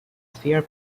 sphere